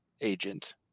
agent